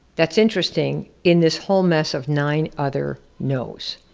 that's interesting, in this whole mess of nine other noes.